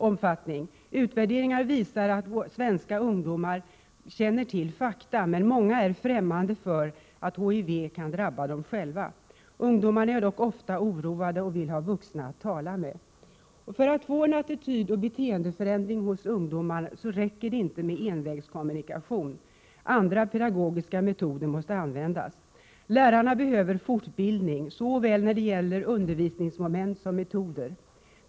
Utvärderingar visar att svenska ungdomar känner till fakta. Många är dock främmande för att HIV och aids kan drabba dem själva. Ungdomarna är ofta oroade och vill ha en vuxen att tala med. För att få en attitydoch beteendeförändring hos ungdomar räcker det inte med envägskommunikation. Andra pedagogiska metoder måste användas. Lärarna behöver fortbildning när det gäller såväl undervisningsmoment som metoder.